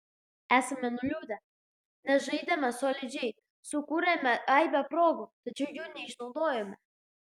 esame nuliūdę nes žaidėme solidžiai sukūrėme aibę progų tačiau jų neišnaudojome